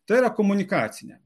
tai yra komunikacinė